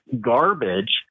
garbage